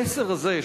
המסר הזה,